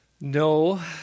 No